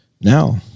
now